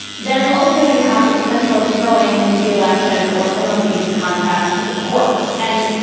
then also, you have the potential of throwing the election or some of these contests to the courts. and,